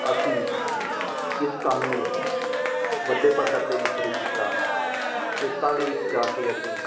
ਅਸੀਂ ਇਸ ਕੰਮ ਨੂੰ ਵੱਡੇ ਪੱਧਰ 'ਤੇ ਵੀ ਸ਼ੁਰੂ ਕੀਤਾ ਖੇਤਾਂ ਦੇ ਵਿੱਚ ਜਾ ਕੇ ਅਸੀਂ